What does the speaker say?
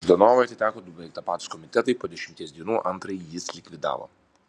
ždanovui atiteko du beveik tapatūs komitetai po dešimties dienų antrąjį jis likvidavo